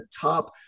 top